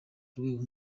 rwego